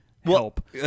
help